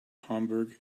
hamburg